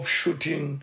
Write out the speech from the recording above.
shooting